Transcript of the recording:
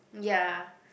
ya